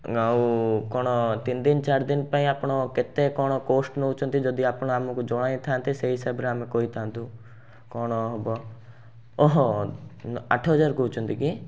ଆଉ କ'ଣ ତିନଦିନ ଚାରିଦିନ ପାଇଁ ଆପଣ କେତେ କ'ଣ କଷ୍ଟ ନେଉଛନ୍ତି ଯଦି ଆପଣ ଆମକୁ ଜଣାଇଥାନ୍ତେ ସେଇ ହିସାବରେ ଆମେ କହିଥାନ୍ତୁ କ'ଣ ହେବ ହଁ ହଁ ଆଠହଜାର କହୁଛନ୍ତି କି